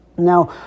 now